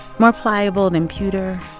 more pliable than pewter,